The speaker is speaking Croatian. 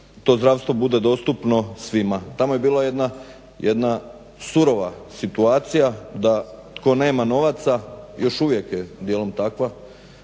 to zdravstvo bude dostupno svima. Tamo je bila jedna surova situacija da tko nema novaca, još uvijek je dijelom takva,